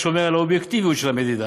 השומר על האובייקטיביות על המדידה,